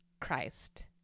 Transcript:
Christ